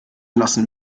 lassen